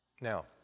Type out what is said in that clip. Now